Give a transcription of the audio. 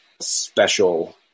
special